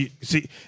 see